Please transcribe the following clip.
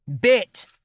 Bit